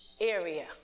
area